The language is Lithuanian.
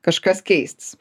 kažkas keistis